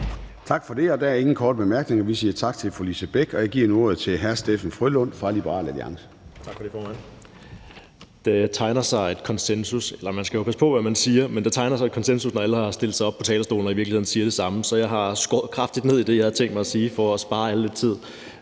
Tak for det. Der er ingen korte bemærkninger. Vi siger tak til fru Lise Bech. Jeg giver nu ordet til hr. Steffen W. Frølund fra Liberal Alliance. Kl. 10:40 (Ordfører) Steffen W. Frølund (LA): Tak for det, formand. Man skal jo passe på med, hvad man siger, men der tegner sig en konsensus, når alle stiller sig op på talerstolen og i virkeligheden siger det samme, så jeg har skåret kraftigt ned i det, jeg havde tænkt mig at sige, for at spare alle lidt tid.